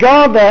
God